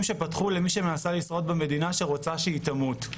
שפתחו למי שמנסה לשרוד במדינה שרוצה שהיא תמות.